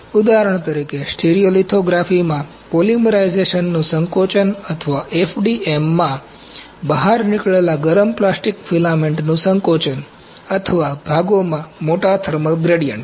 ઉદાહરણ તરીકે સ્ટીરિયોલિથોગ્રાફીમાં પોલિમરાઇઝેશનનું સંકોચન અથવા FDMમાં બહાર નીકળેલા ગરમ પ્લાસ્ટિક ફિલામેન્ટનું સંકોચન અથવા ભાગોમાં મોટા થર્મલ ગ્રેડિયન્ટ્સ